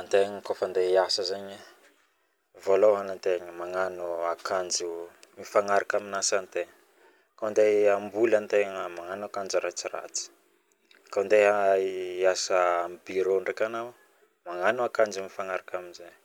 Antegna koa andeha iasa zaigny voalohany antegna magnano akanjo mifagnaraka aminy asantegna koa andeha amboly antegna magnano ankajo ratsiratsy koa andeha bureau anao magnano akanjo mifagnaraka amijegny